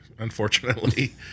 unfortunately